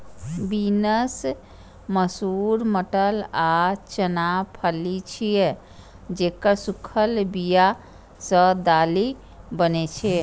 beans, मसूर, मटर आ चना फली छियै, जेकर सूखल बिया सं दालि बनै छै